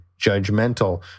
judgmental